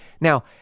Now